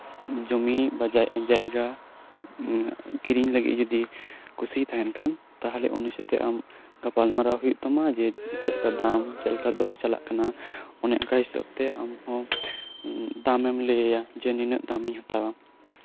ᱡᱚᱢᱤ ᱡᱟᱭᱜᱟ ᱠᱤᱨᱤᱧ ᱞᱟᱹᱜᱤᱫ ᱡᱚᱫᱤ ᱠᱩᱥᱤ ᱛᱟᱦᱮᱱ ᱠᱷᱟᱱ ᱛᱟᱦᱞᱮ ᱩᱱᱤ ᱥᱟᱛᱮᱢ ᱜᱟᱯᱟᱞᱢᱟᱨᱟᱣ ᱠᱷᱟᱱ ᱡᱮ ᱪᱮᱫ ᱞᱮᱠᱟ ᱫᱟᱢ ᱪᱮᱫ ᱞᱮᱠᱟ ᱫᱚᱨ ᱠᱟᱱᱟ ᱚᱱᱮ ᱚᱱᱠᱟ ᱦᱤᱥᱟᱹᱵ ᱛᱮ ᱟᱢ ᱦᱚ ᱫᱟᱢᱮᱢ ᱞᱟᱹᱭ ᱟᱭᱟ ᱡᱮ ᱱᱩᱱᱟᱹᱜ ᱫᱟᱢ ᱤᱧ ᱦᱟᱛᱟᱣᱟ